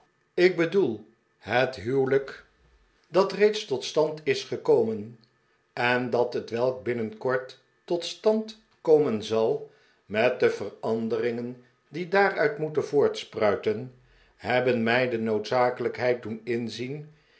ik bedoel het huwelijk dat reeds tot stand is gekomen en dat hetwelk binnenkort tot stand komen zal r met de veranderingen die daaruit moeten voortspruiten hebben mij de noodzakelijkheid doen inzien